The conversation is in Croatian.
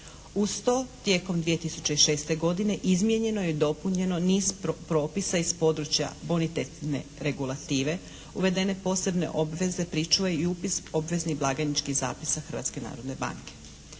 Uz to tijekom 2006. godine izmijenjeno je i dopunjeno niz propisa iz područja bonitetne regulative, uvedene posebne obveze pričuve i upis obveznih blagajničkih zapisa